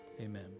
amen